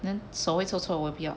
then 手会臭臭我也不要